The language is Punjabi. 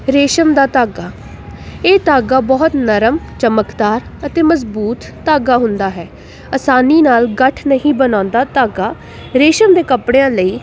ਰੇਸ਼ਮ ਦਾ ਧਾਗਾ ਇਹ ਧਾਗਾ ਬਹੁਤ ਨਰਮ ਚਮਕਦਾਰ ਅਤੇ ਮਜ਼ਬੂਤ ਧਾਗਾ ਹੁੰਦਾ ਹੈ ਆਸਾਨੀ ਨਾਲ ਗੱਠ ਨਹੀਂ ਬਣਾਉਂਦਾ ਧਾਗਾ ਰੇਸ਼ਮ ਦੇ ਕੱਪੜਿਆਂ ਲਈ